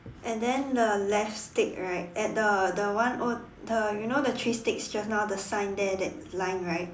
and then the left stick right at the the one oh the you know the three sticks just now the sign there that line right